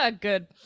good